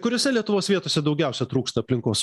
kuriose lietuvos vietose daugiausia trūksta aplinkos